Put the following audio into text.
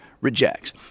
rejects